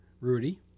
Rudy